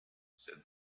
said